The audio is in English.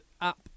app